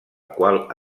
qual